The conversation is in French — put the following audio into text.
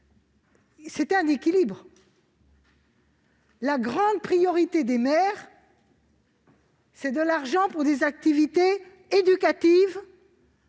à un équilibre. La grande priorité des maires, c'est d'avoir de l'argent pour les activités éducatives,